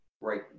right